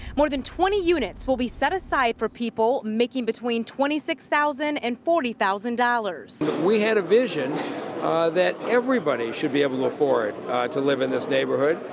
more than twenty units will be set aside for people making between twenty six thousand and forty thousand dollars. we had a vision that everybody should be able to afford to live in this neighborhood.